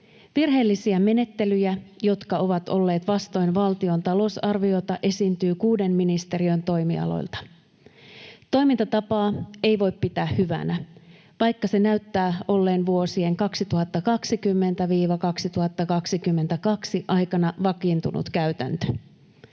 Virheellisiä menettelyjä, jotka ovat olleet vastoin valtion talousarviota, esiintyy kuuden ministeriön toimialoilla. Toimintatapaa ei voi pitää hyvänä, vaikka se näyttää olleen vuosien 2020—2022 aikana vakiintunut käytäntö.